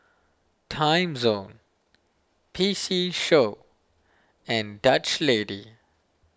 Timezone P C Show and Dutch Lady